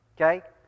Okay